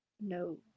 No